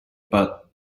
but